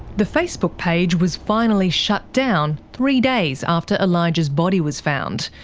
the facebook page was finally shut down three days after elijah's body was found.